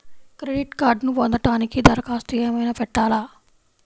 Credit కార్డ్ను పొందటానికి దరఖాస్తు ఏమయినా పెట్టాలా?